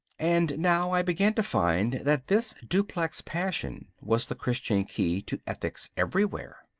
and now i began to find that this duplex passion was the christian key to ethics everywhere.